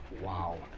Wow